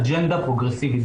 אג'נדה פרוגרסיבית.